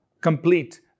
complete